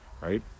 right